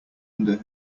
under